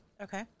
Okay